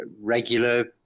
regular